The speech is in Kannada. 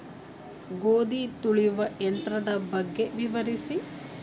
ಗೋಧಿ ತುಳಿಯುವ ಯಂತ್ರದ ಬಗ್ಗೆ ವಿವರಿಸಿ?